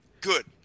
Good